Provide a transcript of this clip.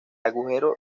agujero